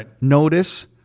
notice